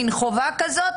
מעין חובה כזאת,